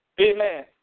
amen